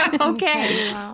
Okay